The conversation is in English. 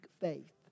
faith